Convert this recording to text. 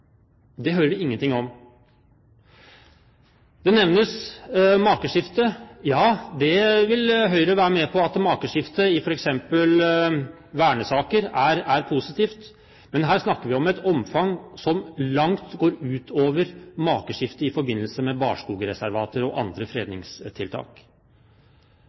det vil Høyre være med på, at makeskifte i f.eks. vernesaker er positivt, men her snakker vi om et omfang som langt går utover makeskifte i forbindelse med barskogreservater og andre